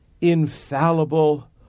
infallible